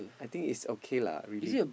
I think is okay lah really